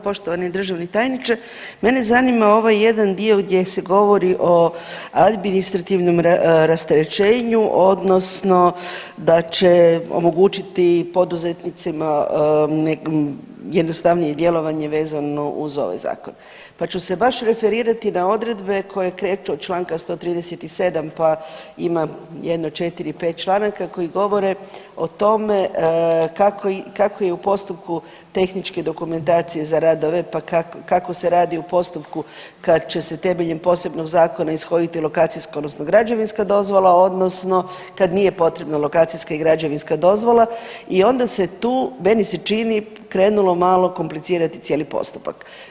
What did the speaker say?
Poštovani državni tajniče, mene zanima ovaj jedan dio gdje se govori o administrativnom rasterećenju odnosno da će omogućiti poduzetnicima jednostavnije djelovanje vezano uz ovaj zakon, pa ću se baš referirati na odredbe koje kreću od čl. 137., pa ima jedno 4-5 članaka koji govore o tome kako, kako je u postupku tehničke dokumentacije za radove, pa kako se radi u postupku kad će se temeljem posebnog zakona ishoditi lokacijska odnosno građevinska dozvola odnosno kad nije potrebna lokacijska i građevinska dozvola i onda se tu meni se čini krenulo malo komplicirati cijeli postupak.